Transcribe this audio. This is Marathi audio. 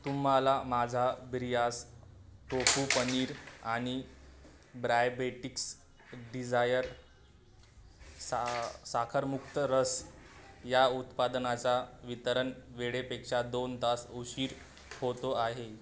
तुम्हाला माझा ब्रियास टोफू पनीर आणि ब्रायबेटिक्स डिझायर सा साखरमुक्त रस या उत्पादनाचा वितरण वेळेपेक्षा दोन तास उशीर होतो आहे